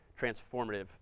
transformative